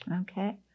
Okay